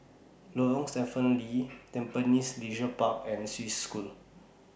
Lorong Stephen Lee Tampines Leisure Park and Swiss School